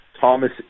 Thomas